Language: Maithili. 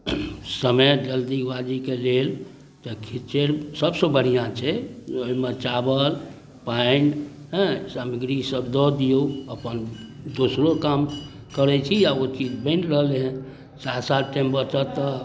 समय जल्दीबाजीके लेल तऽ खिच्चड़ि सबसँ बढिआँ छै ओइमे चावल पानि हँ सामग्री सब दऽ दियौ अपन दोसरो काम करय छी आओर ओ चीज बनि रहलय हँ साथ साथ टाइम बचत तऽ